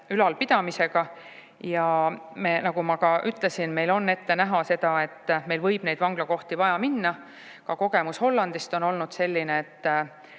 ülalpidamisega. Ja nagu ma ütlesin, meil on ette näha seda, et meil võib neid vanglakohti vaja minna. Ka Hollandi kogemus on olnud selline,